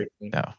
no